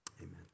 amen